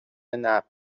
نفت